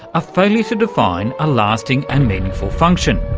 a failure to define a lasting and meaningful function.